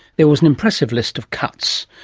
there was an impressive list of cuts,